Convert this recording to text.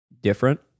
different